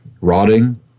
rotting